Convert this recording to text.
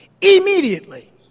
Immediately